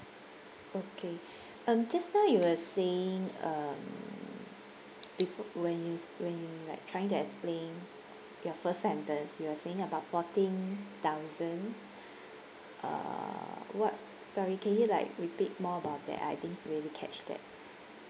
okay um just now you were saying um befo~ when you when you like trying to explain your first sentence you are saying about fourteen thousand uh what sorry can you like repeat more about that I didn't really catch that